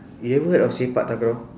you ever heard of sepak takraw